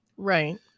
Right